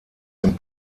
dem